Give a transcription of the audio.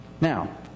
Now